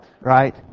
right